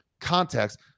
context